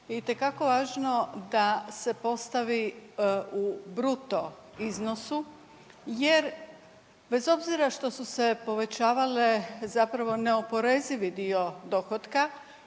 itekako je važno da se postavi u bruto iznosu jer bez obzira što su se povećavale zapravo neoporezivi dio dohotka,